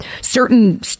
certain